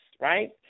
right